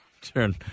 Turn